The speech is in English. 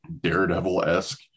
Daredevil-esque